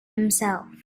himself